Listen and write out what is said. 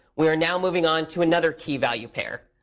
we are now moving on to another key value pair.